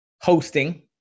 hosting